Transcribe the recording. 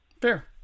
Fair